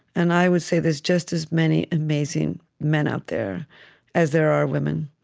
and i would say there's just as many amazing men out there as there are women,